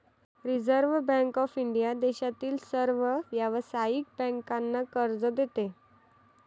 reserve bank of India देशातील सर्व व्यावसायिक बँकांना कर्ज देते